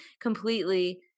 completely